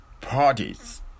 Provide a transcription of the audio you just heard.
parties